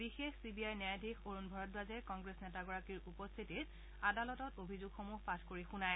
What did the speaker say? বিশেষ C B I ন্যায়াধীশ অৰুণ ভৰদ্বাজে কংগ্ৰেছ নেতাগৰাকীৰ উপস্থিতিত আদালতত অভিযোগসমূহ পাঠ কৰি শুনায়